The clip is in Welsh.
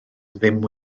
ddim